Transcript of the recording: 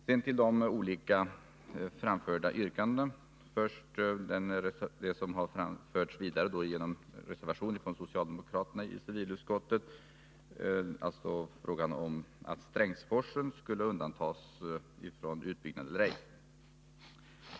Sedan till de olika yrkandena, först det som framförs i den reservation som avgivits av socialdemokraterna i civilutskottet och som gäller frågan hurvida Strängsforsen skulle undantas från utbyggnad eller ej.